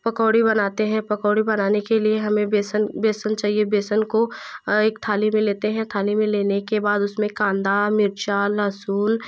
पकौड़े बनाते हैं पकौड़े बनाने के लिए हमें बेसन बेसन चाहिए बेसन को एक थाली में लेते हैं थाली में लेने के बाद उसमें कंदा मिर्चा लहसुन